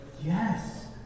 Yes